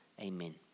Amen